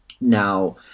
Now